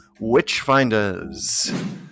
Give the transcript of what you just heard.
witchfinders